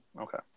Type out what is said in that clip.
Okay